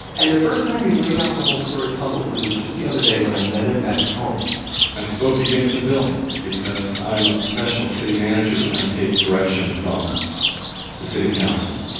and the first time he laid out the whole story publicly was just the other day, when i met him at his home i spoke against the bill because i'm a professional city manager, and i take direction from the city council.